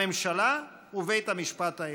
הממשלה ובית המשפט העליון.